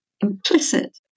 implicit